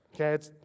Okay